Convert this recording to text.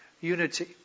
unity